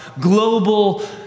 global